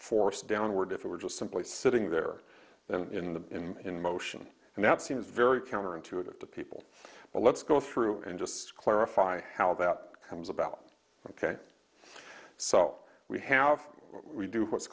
force downward if it were just simply sitting there than in the in in motion and that seems very counterintuitive to people but let's go through and just clarify how that comes about ok so we have we do what's